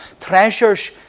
treasures